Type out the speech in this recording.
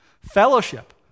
fellowship